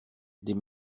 des